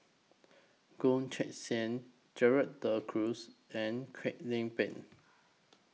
Goh Teck Sian Gerald De Cruz and Kwek Leng Beng